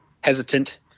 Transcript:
hesitant